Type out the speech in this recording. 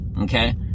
okay